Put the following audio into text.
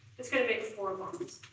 it's gonna make four bonds,